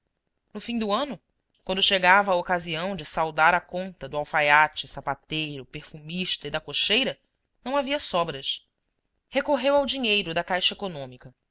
no fim do ano quando chegava a ocasião de saldar a conta do alfaiate sapateiro perfumista e da cocheira não havia sobras recorreu ao dinheiro da caixa econômica